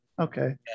okay